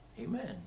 Amen